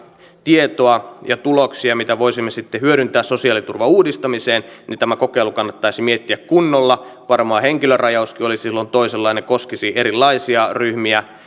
tietoa ja tuloksia mitä voisimme sitten hyödyntää sosiaaliturvan uudistamiseen niin tämä kokeilu kannattaisi miettiä kunnolla varmaan henkilörajauskin olisi silloin toisenlainen koskisi erilaisia ryhmiä